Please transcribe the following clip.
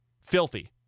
filthy